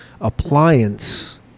appliance